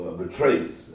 betrays